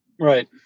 right